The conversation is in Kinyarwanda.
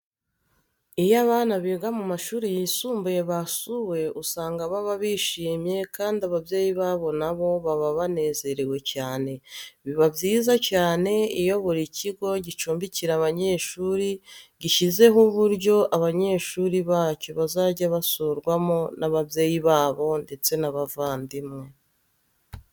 Iyo abana biga mu mashuri yisumbuye basuwe, usanga baba bishimye kandi ababyeyi babo na bo baba banezerewe cyane. Biba byiza cyane iyo buri kigo gicumbikira abanyeshuri gishyizeho uburyo abanyeshuri bacyo bazajya basurwamo n'ababyeyi babo ndetse n'abavandimwe.